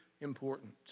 important